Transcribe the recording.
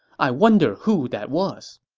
i wonder who that was.